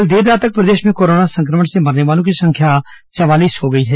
कल देर रात तक प्रदेश में कोरोना संक्रमण से मरने वालों की संख्या चवालीस हो गई है